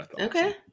okay